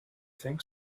think